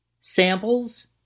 samples